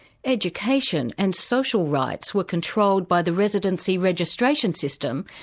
education and social rights were controlled by the residency registration system,